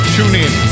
TuneIn